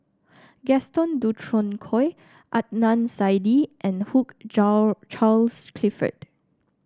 Gaston Dutronquoy Adnan Saidi and Hugh Charles Clifford